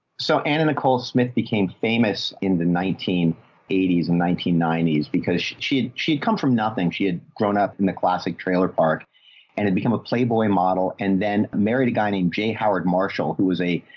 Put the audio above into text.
so anna nicole smith became famous in the nineteen eighty s and nineteen ninety s because she had, she had come from nothing. she had grown up in the classic trailer park and it became a playboy model. and then married a guy named j howard marshall, who was a,